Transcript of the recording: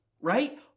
right